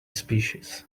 species